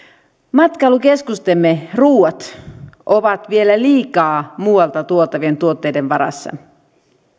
matkailukeskustemme ruuat ovat vielä liikaa muualta tuotavien tuotteiden varassa